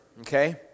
okay